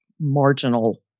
marginal